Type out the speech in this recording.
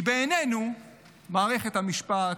כי בעינינו מערכת המשפט,